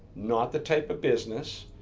not the type of business,